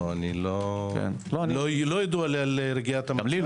לא ידוע לי על רגיעת המצב.